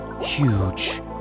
Huge